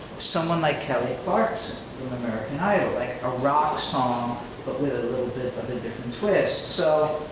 someone like kelly clarkson from american idol, like a rock song but with a little bit of a different twist. so,